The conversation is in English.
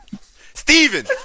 Steven